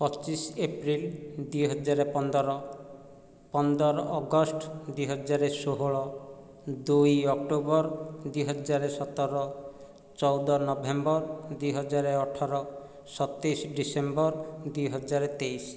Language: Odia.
ପଚିଶ ଏପ୍ରିଲ୍ ଦୁଇହଜାର ପନ୍ଦର ପନ୍ଦର ଅଗଷ୍ଟ ଦୁଇହଜାର ଷୋହଳ ଦୁଇ ଅକ୍ଟୋବର ଦୁଇହଜାର ସତର ଚଉଦ ନଭେମ୍ବର ଦୁଇହଜାର ଅଠର ସତେଇଶ ଡିସେମ୍ବର ଦୁଇହଜାର ତେଇଶ